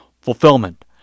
Fulfillment